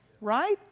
right